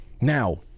now